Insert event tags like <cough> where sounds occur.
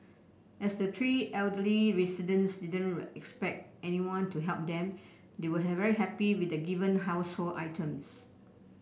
as the three elderly residents didn't <unintelligible> didn't expect anyone to help them they were very happy with the given household items